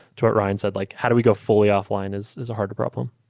to what ryan said, like how do we go fully offline is is a harder problem.